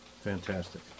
fantastic